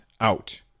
out